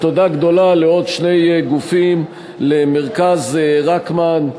תודה גדולה לעוד שני גופים: למרכז רקמן,